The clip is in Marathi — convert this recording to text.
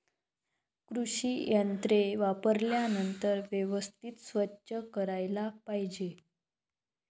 कृषी यंत्रे वापरल्यानंतर व्यवस्थित स्वच्छ करायला पाहिजे